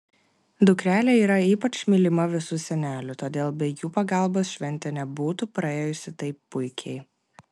dukrelė yra ypač mylima visų senelių todėl be jų pagalbos šventė nebūtų praėjusi taip puikiai